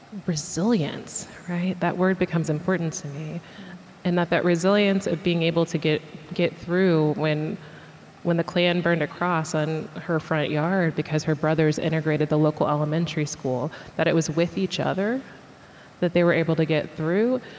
resilience that word becomes important to me and that that resilience of being able to get get through when when the klan burned a cross on her front yard because her brothers integrated the local elementary school, that it was with each other that they were able to get through.